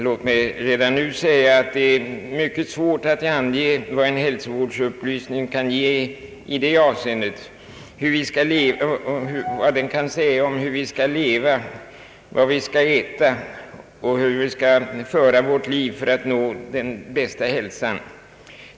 Låt mig redan nu framhålla att det är mycket svårt att ange vad en hälsovårdsupplysning kan säga oss om hur vi skall leva, vad vi skall äta osv. för att nå den bästa hälsan.